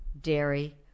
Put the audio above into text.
dairy